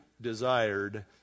desired